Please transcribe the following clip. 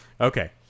Okay